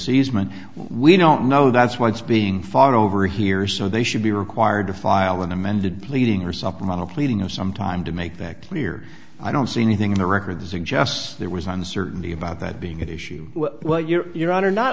easement we don't know that's why it's being fought over here so they should be required to file an amended pleading or supplemental pleading of some time to make that clear i don't see anything in the record that suggests there was uncertainty about that being an issue what you're on or not